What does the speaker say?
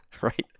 right